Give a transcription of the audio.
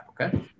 Okay